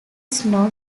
snow